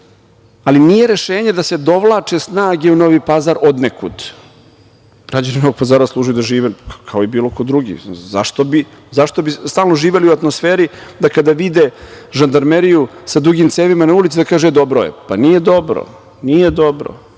ali nije rešenje da se dovlače snage u Novi Pazar odnekud. Građani Novog Pazara treba da žive kao i bilo ko drugi, zašto bi stalno živeli u atmosferi da kada vide žandarmeriju sa dugim cevima na ulici da kažu - dobro je. Nije dobro. Ja se